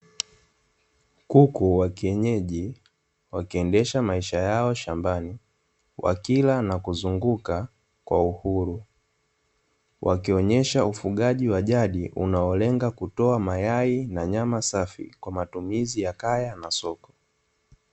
Kuku wa kienyeji wakiendesha maisha yao shambani wakila na kuzunguka kwa uhuru, wakionyesha ufugaji wa jadi unaolenga kutoa mayai na nyama safi kwa matumizi ya kaya na soko.